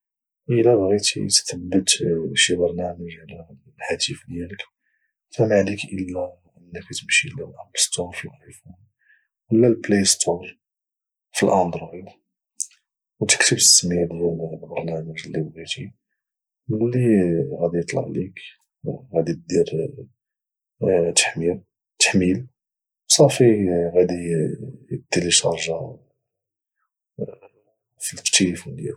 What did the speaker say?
الا بغيتي تثبت شي برنامج على الهاتف ديالك فما عليك الا انك تمشي للاب ستور في الايفون ولا البلاي ستور في الاندرويد و تكتب السميه ديال البرنامج اللي بغيتي وملي غادي يطلع لك غادي دير تحميل وغادي يتيليشارجا في التيلفون ديالك